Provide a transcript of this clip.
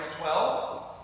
twelve